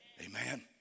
Amen